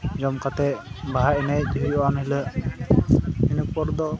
ᱡᱚᱢ ᱠᱟᱛᱮᱫ ᱵᱟᱦᱟ ᱮᱱᱮᱡ ᱦᱩᱭᱩᱜᱼᱟ ᱮᱱᱦᱤᱞᱳᱜ ᱤᱱᱟᱹᱯᱚᱨ ᱫᱚ